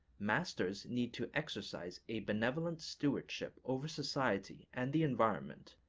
masters need to exercise a benevolent stewardship over society and the environment,